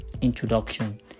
introduction